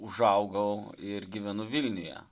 užaugau ir gyvenu vilniuje